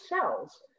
cells